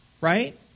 Right